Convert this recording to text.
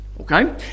Okay